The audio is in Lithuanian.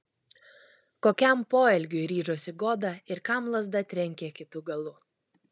kokiam poelgiui ryžosi goda ir kam lazda trenkė kitu galu